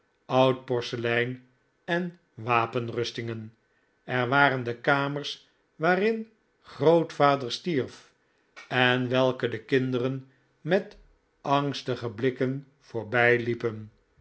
oud porselein en wapenrustingen er waren de kamers waarin grootvader stierf en welke de kinderen met angstige blikken voorbij liepen